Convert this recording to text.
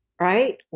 Right